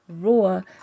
Roar